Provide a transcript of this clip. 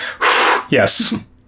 Yes